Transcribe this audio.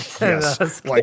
Yes